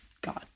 God